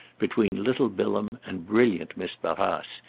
between little bilham and brilliant miss barrace,